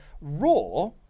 raw